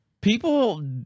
people